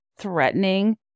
threatening